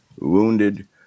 wounded